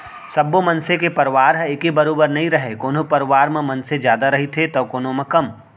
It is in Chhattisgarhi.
सब्बो मनसे के परवार ह एके बरोबर नइ रहय कोनो परवार म मनसे जादा रहिथे तौ कोनो म कम